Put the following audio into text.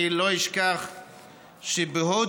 אני לא אשכח שבהודו,